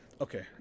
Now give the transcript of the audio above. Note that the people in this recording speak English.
Okay